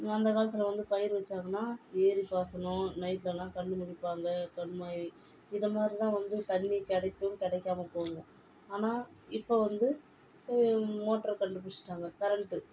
அந்த காலத்தில் வந்து பயிர் வைச்சாங்கன்னா ஏரி பாசனம் நைட்டில் எல்லாம் கண் முழிப்பாங்க தொன்மை இது மாதிரிதான் வந்து தண்ணி கிடைக்கும் கிடைக்காம போகும் ஆனால் இப்போ வந்து ஒரு மோட்டரை கண்டுப்பிடிச்சிட்டாங்க கரண்டு